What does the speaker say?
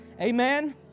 Amen